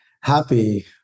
happy